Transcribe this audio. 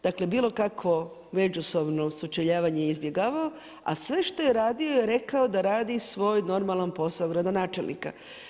Dakle, bilo kakvo međusobno sučeljavanje je izbjegavao, a sve što je radio je rekao da radi svoj normalan posao gradonačelnika.